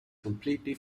completely